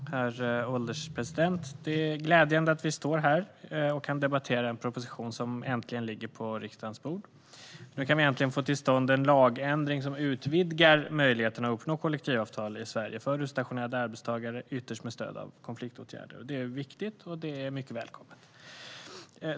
Herr ålderspresident! Det är glädjande att vi står här och kan debattera en proposition som äntligen ligger på riksdagens bord. Nu kan vi äntligen få till stånd en lagändring som utvidgar möjligheterna att uppnå kollektivavtal i Sverige för utstationerade arbetstagare, ytterst med stöd av konfliktåtgärder. Det är viktigt och mycket välkommet.